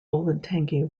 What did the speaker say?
olentangy